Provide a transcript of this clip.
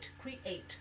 create